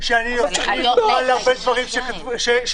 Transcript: אני אומר לך שאני מוכן להרבה דברים שתקנתם.